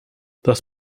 thus